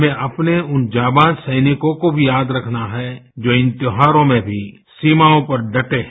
में अपने उन जाबांज सैनिकों को भी याद रखना है जो इन त्योहारों में भी सीमाओं पर ढटे हैं